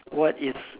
what is